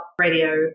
radio